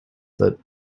that